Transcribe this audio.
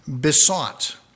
besought